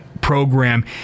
program